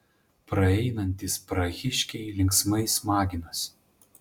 praeinantys prahiškiai linksmai smaginosi